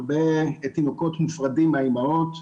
הרבה תינוקות מופרדים מהאימהות,